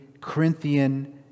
Corinthian